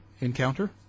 encounter